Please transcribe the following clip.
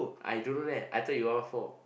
I don't know that I thought you one one four